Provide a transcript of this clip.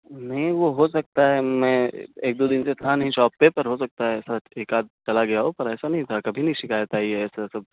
نہیں وہ ہو سکتا ہے میں ایک دو دن سے تھا نہیں شاپ پہ پر ہو سکتا ہے ایسا ایک آدھ چلا گیا ہو پر ایسا نہیں ہوتا کبھی نہیں شکایت آئی ہے ایسا سب